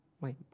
Wait